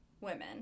women